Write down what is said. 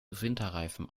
winterreifen